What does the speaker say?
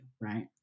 right